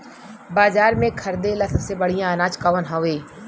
बाजार में खरदे ला सबसे बढ़ियां अनाज कवन हवे?